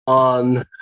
on